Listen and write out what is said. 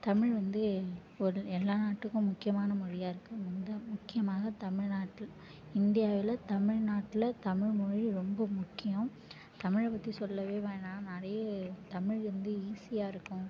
தமிழ் வந்து எல் எல்லா நாட்டுக்கும் முக்கியமான மொழியாக இருக்கும் ரொம்ப முக்கியமாக தமிழ் நாட்டில் இந்தியாவில் தமிழ்நாட்டில் தமிழ் மொழி ரொம்ப முக்கியம் தமிழை பற்றி சொல்லவே வேணாம் நிறைய தமிழ் வந்து ஈஸியாக இருக்கும்